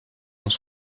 dans